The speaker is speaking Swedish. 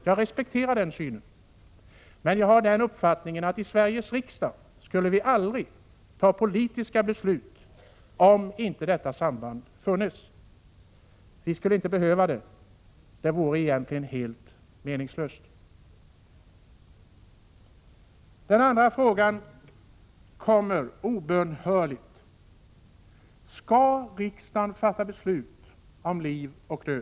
Jag respekterar den synen, men enligt min åsikt skulle vi i Sveriges riksdag aldrig fatta ett politiskt beslut i frågan om inte detta samband hade funnits. Vi skulle i så fall inte behöva göra det — det vore helt meningslöst. Den fråga som obönhörligt inställer sig är: Skall riksdagen fatta beslut om liv och död?